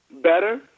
Better